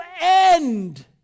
end